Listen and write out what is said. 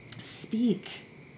speak